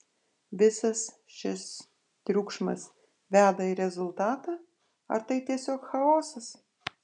visas šis triukšmas veda į rezultatą ar tai tiesiog chaosas